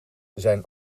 zijn